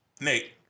Nate